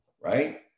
right